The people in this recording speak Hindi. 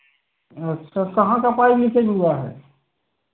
अच्छा कहाँ का पाइप लीकेज हुआ है